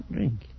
Drink